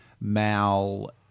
Mal